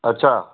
अच्छा